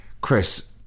Chris